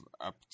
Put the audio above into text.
up